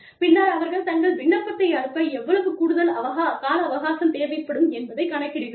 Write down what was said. பின்னர் அவர்கள் தங்கள் விண்ணப்பத்தை அனுப்ப எவ்வளவு கூடுதல் கால அவகாசம் தேவைப்படும் என்பதை கணக்கிடுகிறோம்